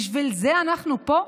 בשביל זה אנחנו פה?